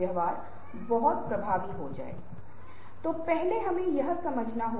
क्या आप दैनिक कार्य सूची लिखते हैं